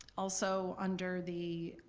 also under the